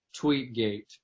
Tweetgate